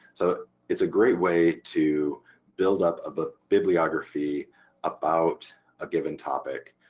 so it's a great way to build up a but bibliography about a given topic.